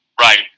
Right